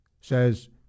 says